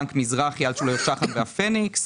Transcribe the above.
בנק מזרחי ואלטשולר שחם והפינקס,